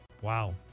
Wow